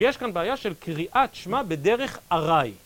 יש כאן בעיה של קריאת שמע בדרך ארעי.